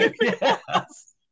Yes